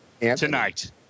Tonight